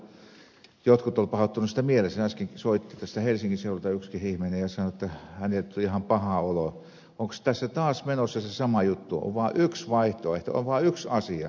äskenkin soitti tästä helsingin seudulta yksi ihminen ja sanoi että hänelle tuli ihan paha olo ja onko tässä taas menossa se sama juttu on vaan yksi vaihtoehto on vaan yksi asia yksi totuus